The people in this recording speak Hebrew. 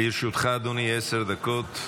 לרשותך, אדוני, עשר דקות.